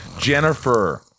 Jennifer